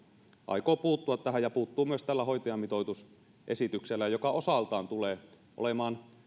aikoo puuttua tähän ja puuttuu myös tällä hoitajamitoitusesityksellä joka osaltaan tulee olemaan